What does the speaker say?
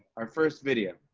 our first video.